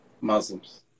Muslims